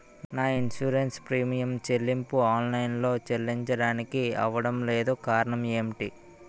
నా insurance premium చెల్లింపు online లో చెల్లించడానికి అవ్వడం లేదు కారణం ఏమిటి?